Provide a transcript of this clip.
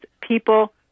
people